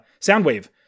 Soundwave